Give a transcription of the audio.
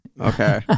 okay